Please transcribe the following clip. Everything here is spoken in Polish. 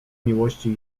miłości